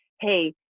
hey